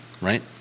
right